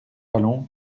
vallon